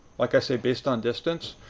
like i say based on distance,